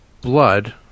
blood